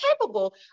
capable